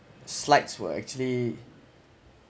slides were actually